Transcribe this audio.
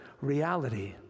reality